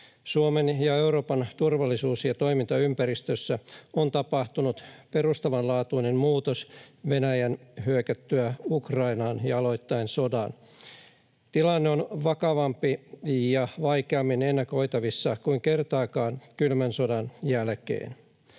Suomen ja Euroopan turvallisuus- ja toimintaympäristössä on tapahtunut perustavanlaatuinen muutos Venäjän hyökättyä Ukrainaan ja aloitettua sodan. Tilanne on vakavampi ja vaikeammin ennakoitavissa kuin kertaakaan kylmän sodan jälkeen.